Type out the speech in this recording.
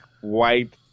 white